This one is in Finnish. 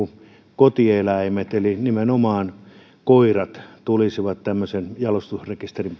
kotieläimet nimenomaan koirat tulisivat tämmöisen jalostusrekisterin